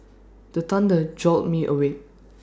the thunder jolt me awake